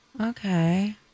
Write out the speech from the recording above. Okay